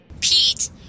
Pete